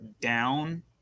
down